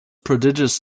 prodigious